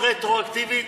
רטרואקטיבית,